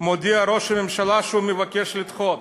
מודיע ראש הממשלה שהוא מבקש לדחות.